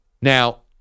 Now